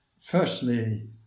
Firstly